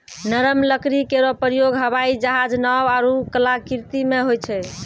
नरम लकड़ी केरो प्रयोग हवाई जहाज, नाव आरु कलाकृति म होय छै